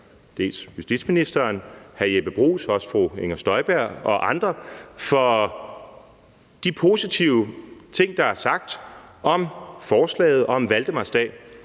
justitsministeren, hr. Jeppe Bruus, fru Inger Støjberg og andre for de positive ting, der er sagt om forslaget og om valdemarsdag.